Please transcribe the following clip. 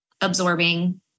absorbing